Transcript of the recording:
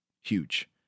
Huge